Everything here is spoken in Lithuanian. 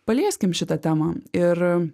palieskim šitą temą ir